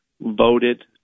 voted